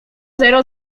zero